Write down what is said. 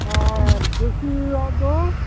ᱟᱨ ᱫᱮᱥᱤᱭᱟᱜ ᱫᱚ